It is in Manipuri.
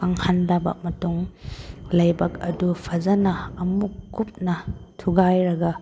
ꯀꯪꯍꯜꯂꯕ ꯃꯇꯨꯡ ꯂꯩꯕꯥꯛ ꯑꯗꯨ ꯐꯖꯅ ꯑꯃꯨꯛ ꯀꯨꯞꯅ ꯊꯨꯒꯥꯏꯔꯒ